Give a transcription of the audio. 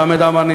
חמד עמאר,